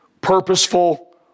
purposeful